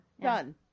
done